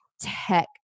tech